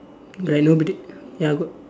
like nobody ya got